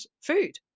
food